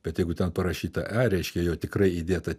bet jeigu ten parašyta e reiškia jo tikrai įdėta